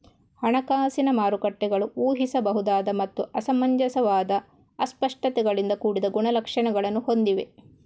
ಹಣಕಾಸಿನ ಮಾರುಕಟ್ಟೆಗಳು ಊಹಿಸಬಹುದಾದ ಮತ್ತು ಅಸಮಂಜಸವಾದ ಅಸ್ಪಷ್ಟತೆಗಳಿಂದ ಕೂಡಿದ ಗುಣಲಕ್ಷಣಗಳನ್ನು ಹೊಂದಿವೆ